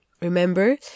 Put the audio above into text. Remember